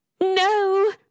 No